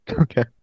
Okay